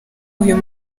uyu